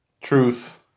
truth